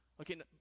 Okay